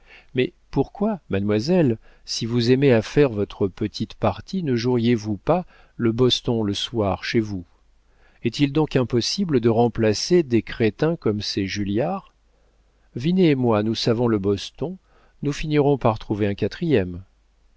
mais pourquoi mademoiselle si vous aimez à faire votre petite partie ne joueriez vous pas le boston le soir chez vous est-il donc impossible de remplacer des crétins comme ces julliard vinet et moi nous savons le boston nous finirons par trouver un quatrième